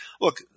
look